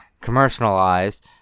commercialized